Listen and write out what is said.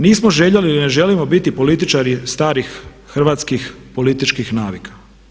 Nismo željeli i ne želimo biti političari starih hrvatskih političkih navika.